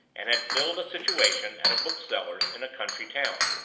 and had filled a situation at a bookseller's in a country town.